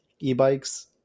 e-bikes